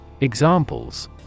Examples